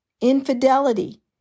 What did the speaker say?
infidelity